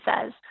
says